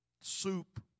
soup